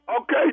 Okay